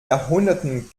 jahrhunderten